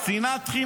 אנחנו?